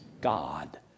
God